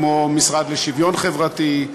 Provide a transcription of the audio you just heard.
כמו משרד לשוויון חברתי,